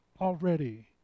already